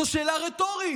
זאת שאלה רטורית.